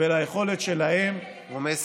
הוא מסיים.